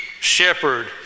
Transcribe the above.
shepherd